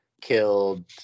killed